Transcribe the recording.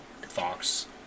Fox